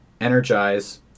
energize